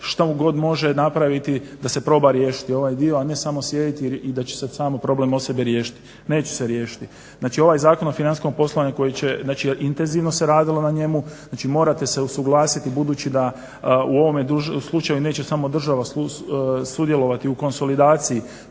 što god može napraviti da se proba riješiti ovaj dio, a ne samo sjediti i da će se sam problem od sebe riješiti. Neće se riješiti. Znači, ovaj Zakon o financijskom poslovanju koji će, znači intenzivno se radilo na njemu, znači morate se usuglasiti budući da u ovome slučaju neće samo država sudjelovati u konsolidaciji